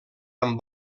amb